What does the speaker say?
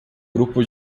grupo